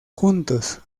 juntos